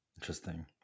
Interesting